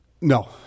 No